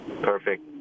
Perfect